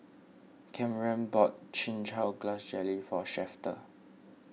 Kamren bought Chin Chow Grass Jelly for Shafter